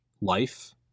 life